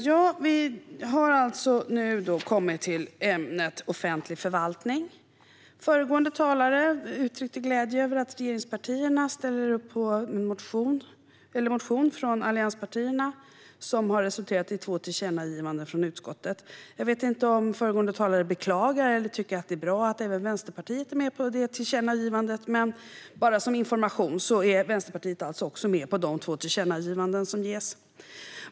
Fru talman! Vi har nu kommit till ämnet offentlig förvaltning. Föregående talare uttryckte glädje över att regeringspartierna ställer upp på en motion från allianspartierna, vilken har resulterat i två tillkännagivanden från utskottet. Jag vet inte om föregående talare beklagar eller tycker att det är bra att även Vänsterpartiet är med på detta, men som information är alltså också vi med på de två tillkännagivanden som görs.